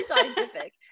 scientific